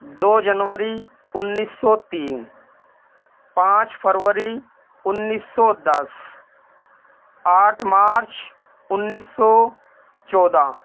دو جنوری انیس سو تین پانچ فروری انیس سو دس آٹھ مارچ انیس سو چودہ